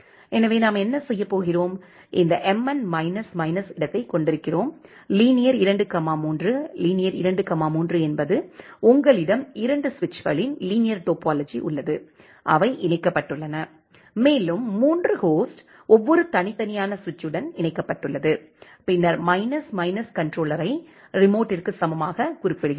எனவே நாம் என்ன செய்யப் போகிறோம் இந்த mn மைனஸ் மைனஸ் இடத்தைக் கொண்டிருக்கிறோம் லீனியர் 2 3 லீனியர் 2 3 என்பது உங்களிடம் இரண்டு சுவிட்சுகளின் லீனியர் டோபோலஜி உள்ளது அவை இணைக்கப்பட்டுள்ளன மேலும் மூன்று ஹோஸ்ட் ஒவ்வொரு தனித்தனியான சுவிட்ச்யுடன் இணைக்கப்பட்டுள்ளது பின்னர் மைனஸ் மைனஸ் கன்ட்ரோலரை ரிமோட்டிற்கு சமமாகக் குறிப்பிடுகிறோம்